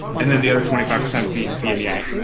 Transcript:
and then the other twenty five percent being viognier,